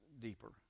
deeper